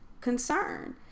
concern